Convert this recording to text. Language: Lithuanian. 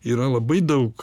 yra labai daug